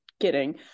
kidding